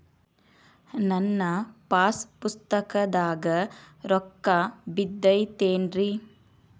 ನನ್ನ ಪಾಸ್ ಪುಸ್ತಕದಾಗ ರೊಕ್ಕ ಬಿದ್ದೈತೇನ್ರಿ?